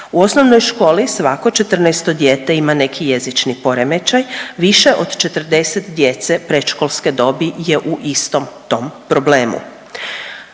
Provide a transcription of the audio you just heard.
U osnovnoj školi svako 14 dijete ima neki jezični poremećaj. Više od 40 djece predškolske dobi je u istom tom problemu.